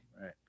Right